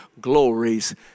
glories